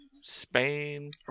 Spain